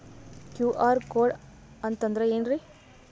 QR code ಅಂತಂದ್ರ ಏನ್ರೀ?